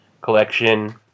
collection